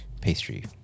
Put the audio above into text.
pastry